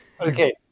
Okay